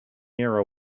near